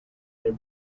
their